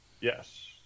Yes